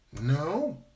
No